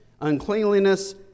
uncleanliness